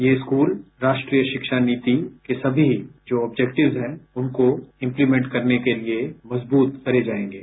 यह स्कूल राष्ट्रीय रिष्ठा नीति के सनी जो ऑब्जेक्टिव्स हैं उनको इम्तीमेन्ट करने के लिये मजबूत करे जायेंगे